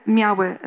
miały